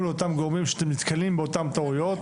לאותם גורמים כשאתם נתקלים באותן טעויות,